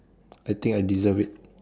I think I deserve it